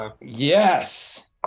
Yes